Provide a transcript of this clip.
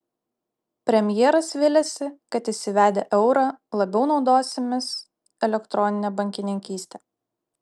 premjeras viliasi kad įsivedę eurą labiau naudosimės elektronine bankininkyste